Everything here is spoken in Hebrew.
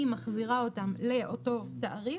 היא מחזירה אותם לאותו תעריף,